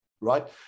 Right